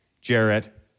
Jarrett